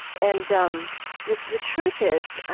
and um the the truth is,